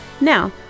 Now